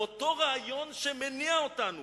מן הרעיון שמניע אותנו.